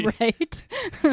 Right